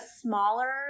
smaller